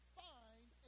find